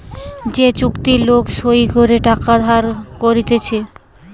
যে চুক্তি লোক সই করে টাকা ধার লইতেছে